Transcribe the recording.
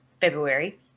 February